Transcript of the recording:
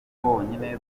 bonyine